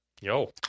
yo